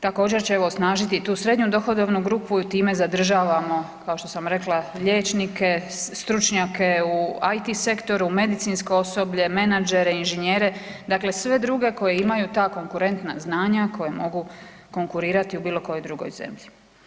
Također će evo osnažiti i tu srednju dohodovnu grupu i time zadržavamo, kao što sam rekla, liječnike, stručnjake u IT sektoru, medicinsko osoblje, menadžere, inženjere, dakle sve druge koji imaju ta konkurentna znanja, koji mogu konkurirati u bilo kojoj drugoj zemlji.